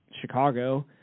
Chicago